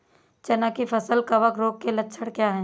चना की फसल कवक रोग के लक्षण क्या है?